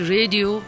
Radio